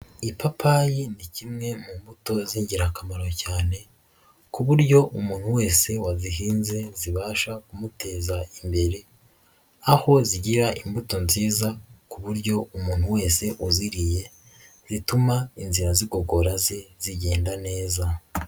Ipapayi ni kimwe mu mbuto z'ingirakamaro cyane, ku buryo umuntu wese wazihinze zibasha kumuteza imbere, aho zigira imbuto nziza ku buryo umuntu wese uziriye zituma inzira z'igogora ze zigenda neza.